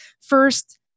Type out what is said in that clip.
first